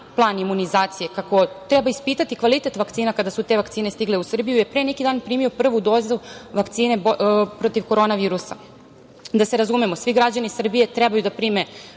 plan imunizacije, kako treba ispitati kvalitet vakcina kada su te vakcine stigle u Srbiju je pre neki dan primio prvu dozu vakcine protiv korona virusa. Da se razumemo, svi građani Srbije treba da prime